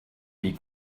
die